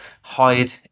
hide